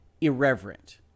irreverent